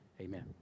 Amen